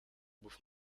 with